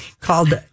called